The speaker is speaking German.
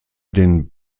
den